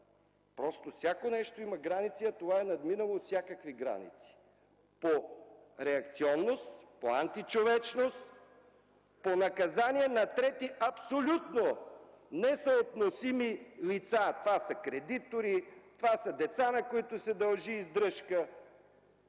Просто всяко нещо си има граници, а това е надминало всякакви граници по реакционност, по античовечност, по наказание на трети, абсолютно несъотносими лица – това са кредитори, деца, на които се дължи издръжка.